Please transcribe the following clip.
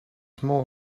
more